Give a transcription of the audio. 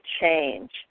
change